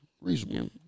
reasonable